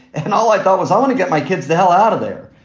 and all i thought was, i want to get my kids the hell out of there.